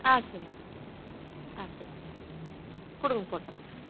ஆ சரிங்க ஆ சரிங்க கொடுங்க போட்டுடுறேன்